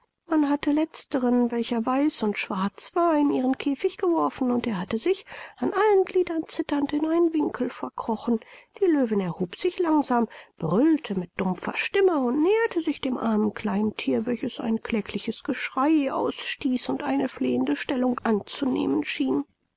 man hatte letzteren welcher weiß und schwarz war in ihren käfig geworfen und er hatte sich an allen gliedern zitternd in einen winkel verkrochen die löwin erhob sich langsam brüllte mit dumpfer stimme und näherte sich dem armen kleinen thier welches ein klägliches geschrei ausstieß und eine flehende stellung anzunehmen schien